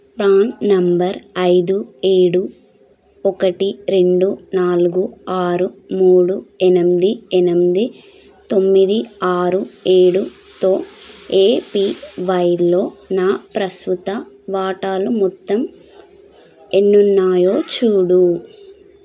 PRAN number ఐదు ఏడు ఒకటి రెండు నాలుగు ఆరు మూడు ఎనిమిది ఎనిమిది తొమ్మిది ఆరు ఏడుతో ఏపీవైలో నా ప్రస్తుత వాటాలు మొత్తం ఎన్ని ఉన్నాయో చూడు